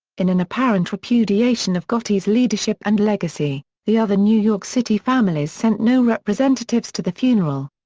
in an apparent repudiation of gotti's leadership and legacy, the other new york city families sent no representatives to the funeral.